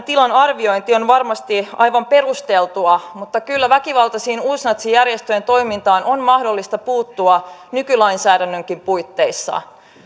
tilan arviointi on varmasti aivan perusteltua mutta kyllä väkivaltaisten uusnatsijärjestöjen toimintaan on mahdollista puuttua nykylainsäädännönkin puitteissa